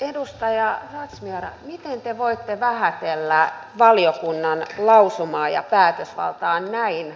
edustaja razmyar miten te voitte vähätellä valiokunnan lausumaa ja päätösvaltaa näin